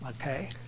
okay